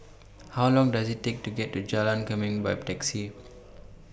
How Long Does IT Take to get to Jalan Kemuning By Taxi